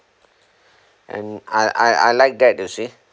and I I I like that you see